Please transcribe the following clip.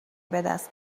بدست